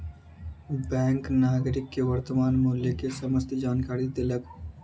bank नागरिक के वर्त्तमान मूल्य के समस्त जानकारी देलक